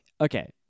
okay